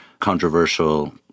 controversial